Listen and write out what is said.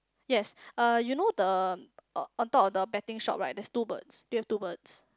yes uh you know the uh on top of the betting shop right there's two birds do you have two birds